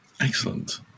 Excellent